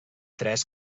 tres